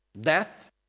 death